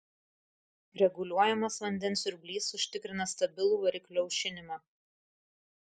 reguliuojamas vandens siurblys užtikrina stabilų variklio aušinimą